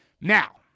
Now